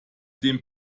dem